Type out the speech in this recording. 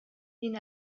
den